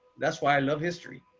that's why i love history.